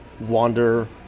wander